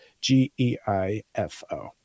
G-E-I-F-O